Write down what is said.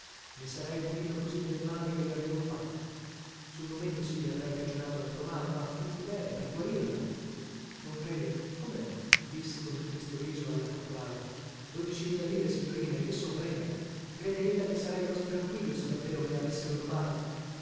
i sarei punito così del male che le avevo fatto sul momento sì le avrei cagionato altro male ma a fin di bene per guarirla non crede come no dissi con un tristo riso alla caporale dodici mila lire signorina e che son rena crede ella che sarei così tranquillo se davvero me le avessero rubate